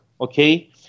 Okay